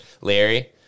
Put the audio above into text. Larry